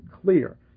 clear